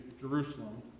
Jerusalem